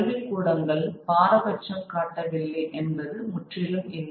கல்விக்கூடங்கள் பாரபட்சம் காட்டவில்லை என்பது முற்றிலும் இல்லை